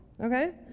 Okay